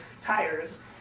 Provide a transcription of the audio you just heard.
tires